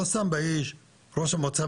לא סתם בהיג' ראש המועצה